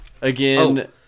again